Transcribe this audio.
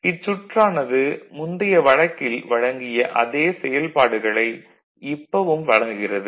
இச்சுற்றானது முந்தைய வழக்கில் வழங்கிய அதே செயல்பாடுகளை இப்பவும் வழங்குகிறது